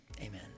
amen